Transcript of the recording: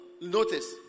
notice